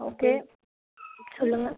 okay சொல்லுங்க